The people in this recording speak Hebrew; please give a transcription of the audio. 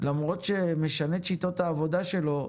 למרות שהוא משנה את שיטות העבודה שלו,